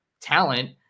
talent